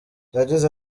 yagize